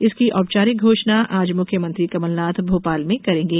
इसकी औपचारिक घोषणा आज मुख्यमंत्री कमलनाथ भोपाल में करेंगे